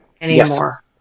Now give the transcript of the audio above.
anymore